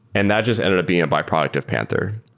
and that just ended up being a byproduct of panther.